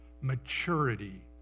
Maturity